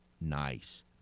nice